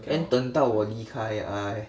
then 等到我离开哎